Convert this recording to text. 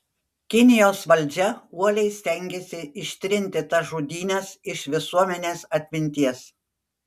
kinijos valdžia uoliai stengėsi ištrinti tas žudynes iš visuomenės atminties